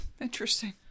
interesting